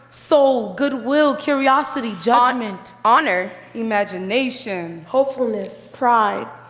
soul, goodwill, curiosity, judgment. honor. imagination. hopefulness. pride.